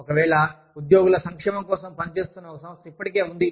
ఒకవేళ ఉద్యోగుల సంక్షేమం కోసం పనిచేస్తున్న ఒక సంస్థ ఇప్పటికే ఉంది